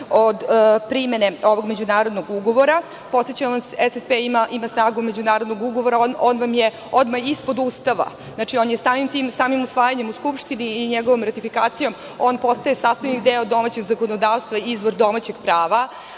od primene ovog međunarodnog ugovora. Podsećam vas, SSP ima snagu međunarodnog ugovora, on vam je odmah ispod Ustava. On je samim usvajanjem u Skupštini i njegovom ratifikacijom, on postaje sastavni deo domaćeg zakonodavstva i izvor domaćeg prava.